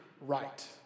right